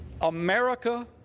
America